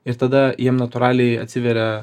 ir tada jiem natūraliai atsiveria